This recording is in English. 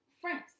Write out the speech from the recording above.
friends